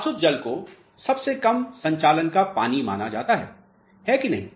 आसुत जल को सब से कम संचालन का पानी माना जाता है है ना